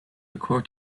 occurred